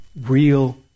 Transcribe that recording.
real